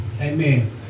Amen